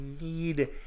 need